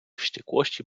wściekłości